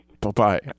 Bye-bye